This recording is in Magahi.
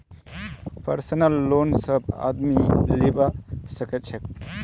पर्सनल लोन सब आदमी लीबा सखछे